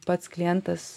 pats klientas